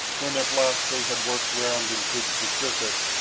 when at last they had worked round into the pacific,